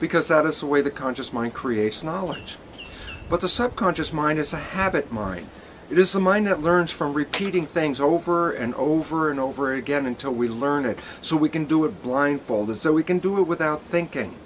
because that is the way the conscious mind creates knowledge but the subconscious mind is a habit mind it is a mind that learns from repeating things over and over and over again until we learn it so we can do it blindfolded so we can do it without thinking